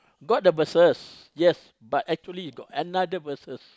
got the verses yes but actually got another verses